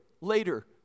later